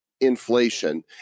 inflation